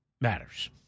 matters